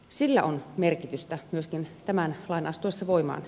sillä on merkitystä myöskin tämän lain astuessa voimaan